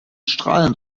strahlend